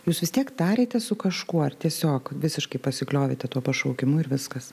jūs vis tiek tarėtės su kažkuo ar tiesiog visiškai pasikliovėte tuo pašaukimu ir viskas